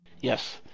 Yes